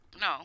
No